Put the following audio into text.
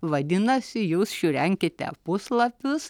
vadinasi jūs šiurenkite puslapius